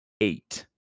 eight